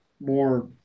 more